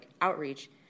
outreach